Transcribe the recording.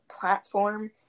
platform